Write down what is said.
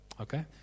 Okay